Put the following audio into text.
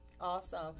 Awesome